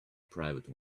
private